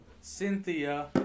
Cynthia